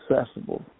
accessible